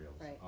Right